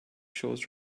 shows